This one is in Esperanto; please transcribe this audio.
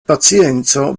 pacienco